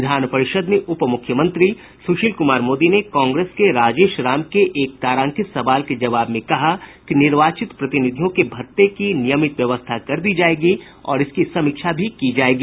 विधान परिषद् में उप मुख्यमंत्री सुशील कुमार मोदी ने कांग्रेस के राजेश राम के एक तारांकित सवाल के जवाब में कहा कि निर्वाचित प्रतिनिधियों के भत्ते की नियमित व्यवस्था कर दी जायेगी और इसकी समीक्षा भी की जायेगी